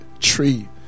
tree